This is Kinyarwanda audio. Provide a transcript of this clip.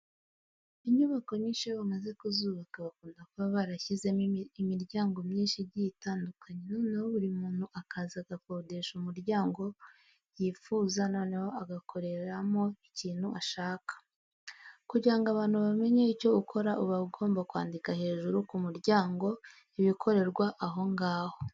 Inyubako nyinshi iyo bamaze kuzubaka bakunda kuba barashyizemo imiryango myinshi igiye itandukanye noneho buri muntu akaza agakodesha umuryango yifuza noneho agakoreramo ikintu ashaka. Kugira ngo abantu bamenye icyo ukora uba ugomba kwandika hejuru ku muryango ibikorerwa aho ngaho.